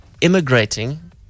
immigrating